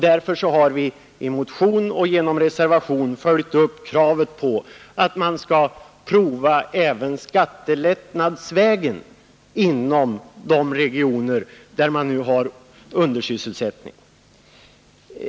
Därför har vi i motion och reservation följt upp kravet på att försöka lösa problemet även skattelättnadsvägen inom de regioner där man nu har undersysselsättning.